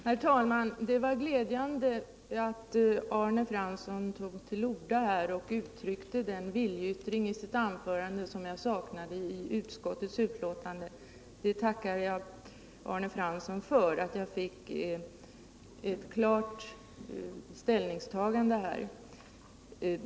Herr talman! Det var glädjande att Arne Fransson tog till orda här och i sitt anförande uttryckte den viljeyttring som jag saknade i utskottets betänkande. Jag tackar Arne Fransson för att jag fick ett klarare ställningstagande.